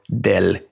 del